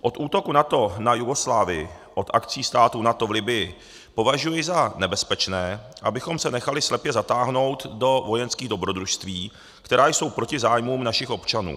Od útoku NATO na Jugoslávii, od akcí států NATO v Libyi považuji za nebezpečné, abychom se nechali slepě zatáhnout do vojenských dobrodružství, která jsou proti zájmům našich občanů.